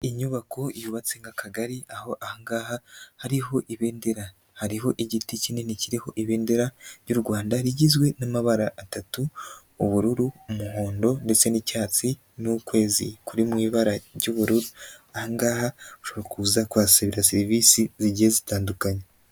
Iyi nyubako yubatse nk'akagari ahohangaha hariho ibendera, hariho igiti kinini kiriho ibendera ry'u Rwanda rigizwe n'amabara atatu ubururu, umuhondo ndetse n'icyatsi n'ukwezi. Kuri mu ibara ry'ubururu aha ngaha ushobora kuza kuhasabira serivisi zigiye zitandukanye.